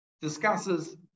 discusses